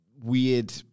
weird